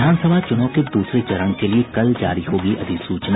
विधानसभा चुनाव के दूसरे चरण के लिये कल जारी होगी अधिसूचना